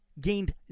gained